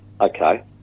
okay